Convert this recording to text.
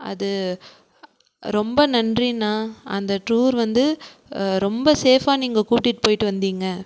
அது ரொம்ப நன்றிண்ணா அந்த டூர் வந்து ரொம்ப சேஃப்பாக நீங்கள் கூட்டிகிட்டு போய்விட்டு வந்திங்க